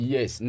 Yes